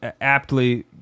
aptly